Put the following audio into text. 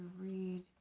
read